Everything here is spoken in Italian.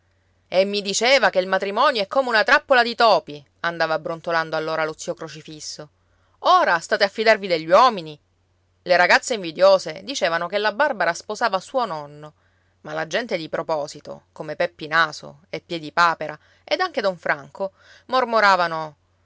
e mi diceva che il matrimonio è come una trappola di topi andava brontolando allora lo zio crocifisso ora state a fidarvi degli uomini le ragazze invidiose dicevano che la barbara sposava suo nonno ma la gente di proposito come peppi naso e piedipapera ed anche don franco mormoravano